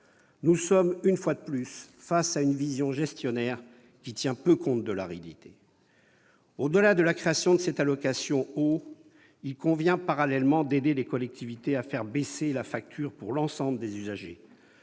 Nous sommes une fois de plus face à une vision gestionnaire qui tient peu compte de la réalité. Au-delà de la création de cette allocation eau, il convient parallèlement d'aider les collectivités à faire baisser la facture pour l'ensemble des usagers,